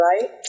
right